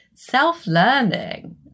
Self-learning